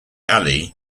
ali